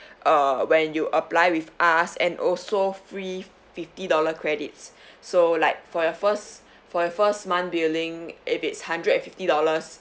uh when you apply with us and also free fifty dollar credits so like for your first for your first month billing if it's hundred fifty dollars